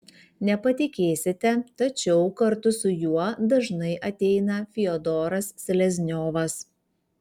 nepatikėsite tačiau kartu su juo dažnai ateina fiodoras selezniovas